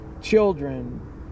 children